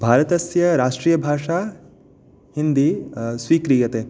भारतस्य राष्ट्रियभाषा हिन्दी स्वीक्रियते